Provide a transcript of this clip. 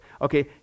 Okay